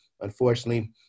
unfortunately